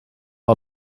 are